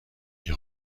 est